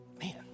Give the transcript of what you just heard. man